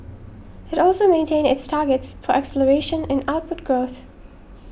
it also maintained its targets for exploration and output growth